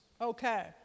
Okay